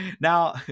now